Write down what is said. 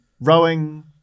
rowing